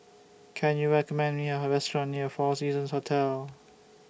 Can YOU recommend Me A Restaurant near four Seasons Hotel